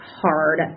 hard